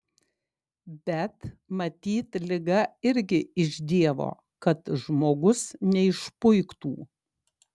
bet matyt liga irgi iš dievo kad žmogus neišpuiktų